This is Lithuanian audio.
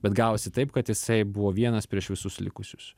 bet gavosi taip kad jisai buvo vienas prieš visus likusius